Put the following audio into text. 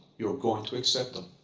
you're going to accept them.